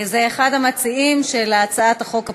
אחד המציעים של הצעת החוק הפרטית.